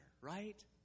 right